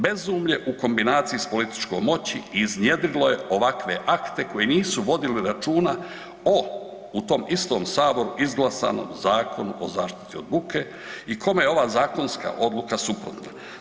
Bezumlje u kombinaciji s političkom moći iznjedrilo je ovakve akte koji nisu vodili računa o u tom istom Saboru izglasanom Zakonu o zaštiti od buke i kome je ova zakonska odluka suprotna.